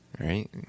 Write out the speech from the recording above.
Right